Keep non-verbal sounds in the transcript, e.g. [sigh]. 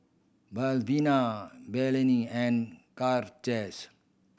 Malvina Blaine and [unintelligible]